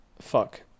fuck